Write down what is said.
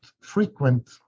frequent